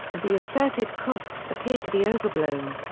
and the asserted costs appear to be overblown.